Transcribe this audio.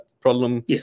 problem